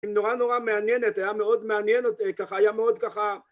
היא נורא נורא מעניינת, דעה מאוד מעניינת, ככה היה מאוד ככה...